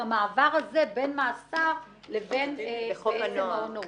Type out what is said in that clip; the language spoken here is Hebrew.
את המעבר הזה בין מאסר למעון נעול